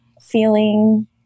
feeling